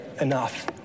enough